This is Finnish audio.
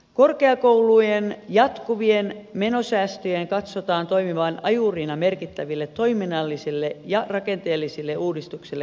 korkeakoulujen jatkuvien menosäästöjen katsotaan toimivan ajurina merkittäville toiminnallisille ja rakenteellisille uudistuksille korkeakoulusektorilla